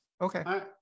Okay